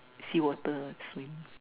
sea water and swim